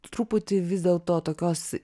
truputį vis dėlto tokios